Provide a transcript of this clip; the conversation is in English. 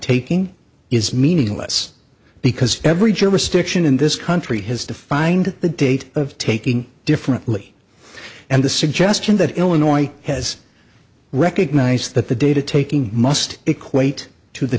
taking is meaningless because every jurisdiction in this country has to find the date of taking differently and the suggestion that illinois has recognized that the data taking must equate to the